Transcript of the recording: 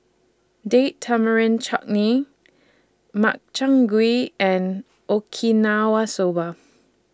Date Tamarind Chutney Makchang Gui and Okinawa Soba